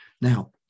Now